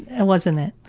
it wasn't that.